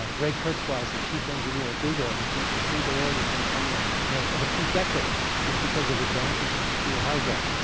ah ray kurzweil is the chief engineer at google, and he thinks that singularity's going to come in ah you know and a few decades, just because of advances in computer hardware.